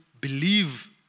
believe